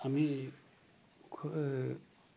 আমি